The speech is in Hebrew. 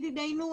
ידידנו,